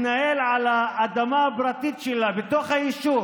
להתנהל על האדמה הפרטית שלה בתוך היישוב